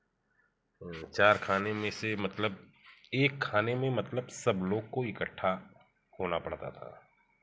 चार खाने में से मतलब एक खाने में मतलब सब लोग को इकट्ठा होना पड़ता था